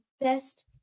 best